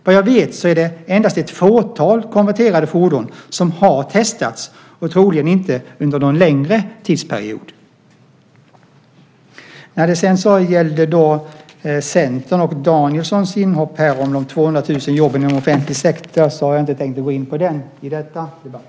Vad jag vet är det endast ett fåtal konverterade fordon som har testats och troligen inte under någon längre tidsperiod. När det gäller Centern och Danielssons inhopp här om de 200 000 jobben i offentlig sektor har jag inte tänkt gå in på det i denna debatt.